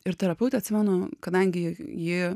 ir terapeutė atsimenu kadangi ji